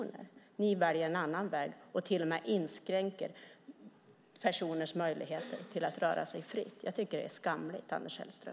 Ni väljer en annan väg och till och med inskränker personers möjligheter att röra sig fritt. Det är skamligt, Anders Sellström.